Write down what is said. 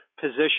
position